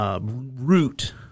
Root